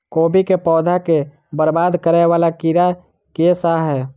कोबी केँ पौधा केँ बरबाद करे वला कीड़ा केँ सा है?